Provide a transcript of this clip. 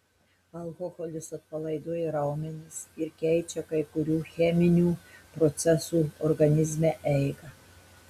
alkoholis atpalaiduoja raumenis ir keičia kai kurių cheminių procesų organizme eigą